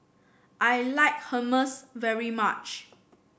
I like Hummus very much